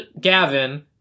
Gavin